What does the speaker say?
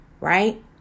right